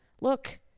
Look